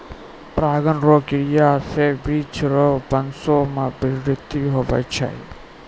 परागण रो क्रिया से वृक्ष रो वंश मे बढ़ौतरी हुवै छै